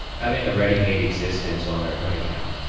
having a ready-made existence on their own account,